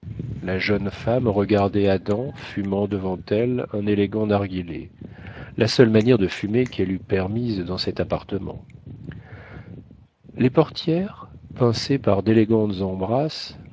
la jeune femme regardait adam fumant devant elle un élégant narguilé la seule manière de fumer qu'elle eût permise dans cet appartement les portières pincées par d'élégantes embrasses